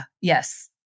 yes